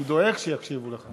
אני דואג שיקשיבו לך.